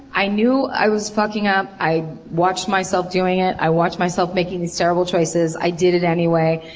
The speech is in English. i knew i was fucking up, i watched myself doing it, i watched myself making these terrible choices, i did it anyway.